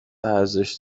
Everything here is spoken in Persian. ارزش